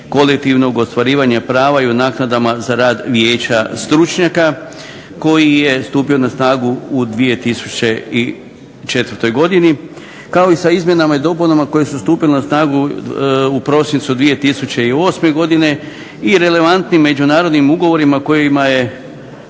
kolektivnog ostvarivanja prava i u naknadama za rad Vijeća stručnjaka koji je stupio na snagu u 2004. kao i sa izmjenama i dopunama koje su stupile na snagu u prosincu 2008. godine i relevantnim međunarodnim ugovorima kojima je